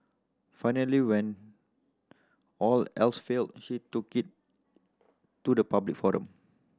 finally when all else failed she took it to the public forum